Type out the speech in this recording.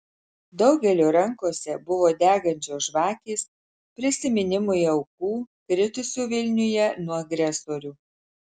daugelio rankose buvo degančios žvakės prisiminimui aukų kritusių vilniuje nuo agresorių